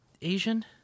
Asian